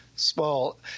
small